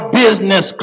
business